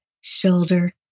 shoulder